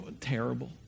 terrible